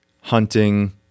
hunting